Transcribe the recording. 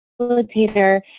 facilitator